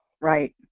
Right